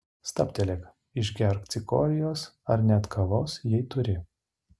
stabtelėk išgerk cikorijos ar net kavos jei turi